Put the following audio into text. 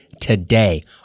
today